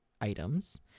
items